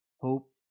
hope